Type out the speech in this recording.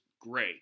gray